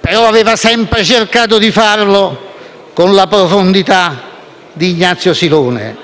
però aveva sempre cercato di farlo con la profondità di Ignazio Silone,